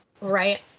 right